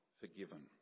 forgiven